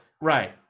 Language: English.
Right